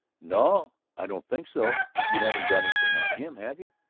no. i don't think so. you haven't got anything on him, have you?